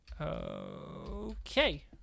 Okay